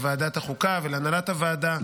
לוועדת החוקה ולהנהלת הוועדה,